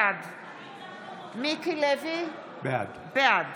בעד מיקי לוי, בעד